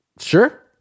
Sure